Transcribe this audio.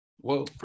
Whoa